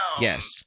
Yes